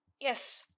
Yes